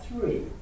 three